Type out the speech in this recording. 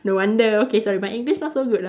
no wonder okay sorry my English not so good lah